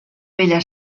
bella